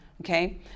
okay